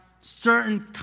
certain